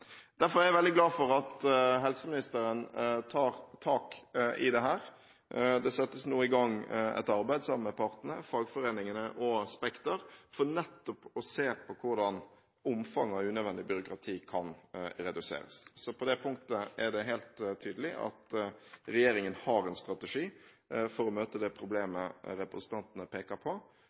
Derfor er jeg veldig glad for at helseministeren tar tak i dette. Det settes nå i gang et arbeid, sammen med partene – fagforeningene og Spekter – for nettopp å se på hvordan omfanget av unødvendig byråkrati kan reduseres. På det punktet er det helt tydelig at regjeringen har en strategi for å løse det problemet representantene peker på.